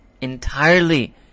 entirely